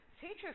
teachers